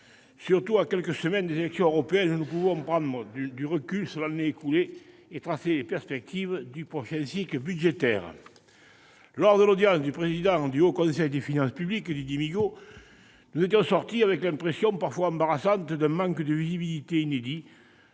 surtout à quelques semaines des élections européennes, où nous pouvons prendre du recul sur l'année écoulée et tracer les perspectives du prochain cycle budgétaire. Nous étions sortis de l'audition du président du Haut Conseil des finances publiques, Didier Migaud, avec l'impression parfois embarrassante d'un manque de visibilité inédit